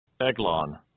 Eglon